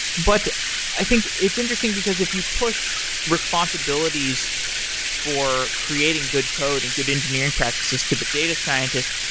but i think it's interesting, because if you push responsibilities for creating good code and good engineering practices to the data scientist,